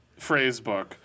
phrasebook